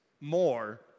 more